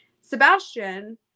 sebastian